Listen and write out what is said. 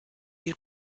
die